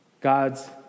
God's